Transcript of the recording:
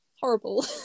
horrible